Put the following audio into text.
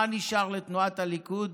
מה נשאר לתנועת הליכוד?